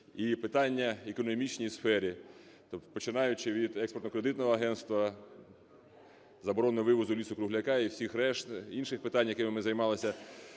і питання в економічній сфері. Тобто, починаючи від Експортно-кредитного агентства, заборони вивозу лісу-кругляка і всіх решти, інших питань, якими ми займалися,